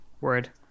word